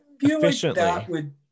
efficiently